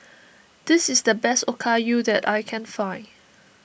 this is the best Okayu that I can find